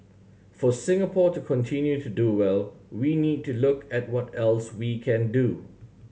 for Singapore to continue to do well we need to look at what else we can do